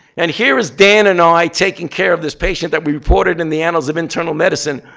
and here is dan and i taking care of this patient that we reported in the annals of internal medicine,